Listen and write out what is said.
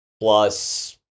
plus